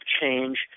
change